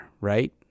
right